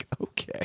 okay